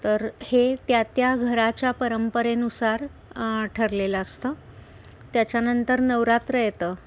तर हे त्या त्या घराच्या परंपरेनुसार ठरलेलं असतं त्याच्यानंतर नवरात्र येतं